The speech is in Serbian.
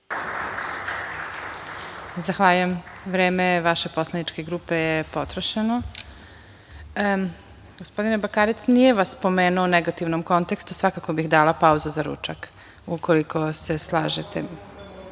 Zahvaljujem. Vreme vaše poslaničke grupe je potrošeno. Gospodine Bakarec, nije vas spomenuo u negativnom kontekstu, svakako bih dala pauzu za ručak, ukoliko se slažete.